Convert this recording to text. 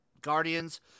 guardians